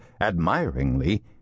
admiringly